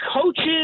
coaches